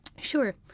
Sure